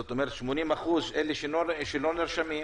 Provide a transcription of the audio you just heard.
זאת אומרת ש-80%, אלה שלא נרשמים,